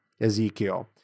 Ezekiel